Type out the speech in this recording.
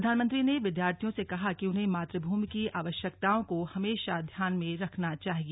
प्रधानमंत्री ने विद्यार्थियों से कहा कि उन्हें मातृभूमि की आवश्यकताओं को हमेशा ध्यान में रखना चाहिए